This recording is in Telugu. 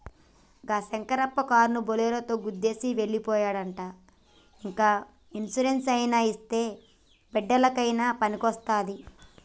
గా శంకరప్ప కారునా బోలోరోని గుద్దేసి ఎల్లి పోనాదంట ఇంత ఇన్సూరెన్స్ అయినా ఇత్తే బిడ్డలకయినా పనికొస్తాది